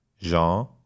Jean